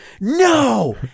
No